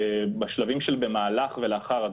בשלבים של במהלך ולאחר הדיון.